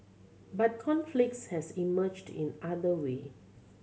but conflicts has emerged in other way